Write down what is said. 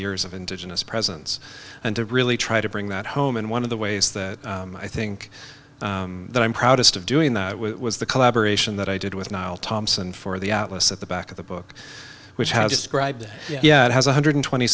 years of indigenous presence and to really try to bring that home and one of the ways that i think that i'm proudest of doing that was the collaboration that i did with niall thomson for the atlas at the back of the book which has just arrived yeah it has one hundred twenty